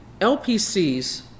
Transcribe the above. LPCs